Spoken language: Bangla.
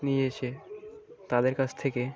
নিয়ে এসে তাদের কাছ থেকে